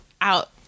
out